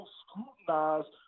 scrutinized